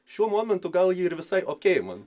šiuo momentu gal ji ir visai okėj man